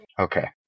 Okay